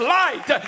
light